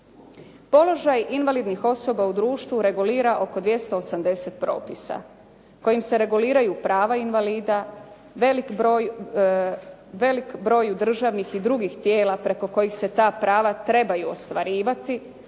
Položaj invalidnih osoba u društvu regulira oko 280 propisa kojim se reguliraju prava invalida, velik broj državnih i drugih tijela preko kojih se ta prava trebaju ostvarivati